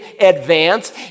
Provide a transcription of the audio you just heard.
advance